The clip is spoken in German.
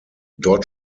dort